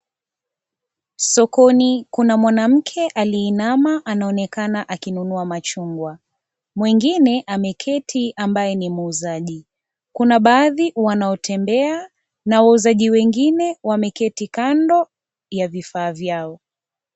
Sokoni kuna mwanamke aliyeinama, anaonekana akinunua machungwa, mwingine ameketi, ambaye ni muuzaji. Kuna baadhi wanaotembea na wauzaji wengine wameketi kando ya vifaa vyao.